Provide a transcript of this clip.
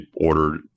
ordered